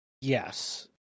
Yes